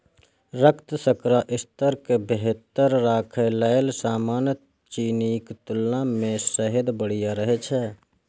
रक्त शर्करा स्तर कें बेहतर राखै लेल सामान्य चीनीक तुलना मे शहद बढ़िया रहै छै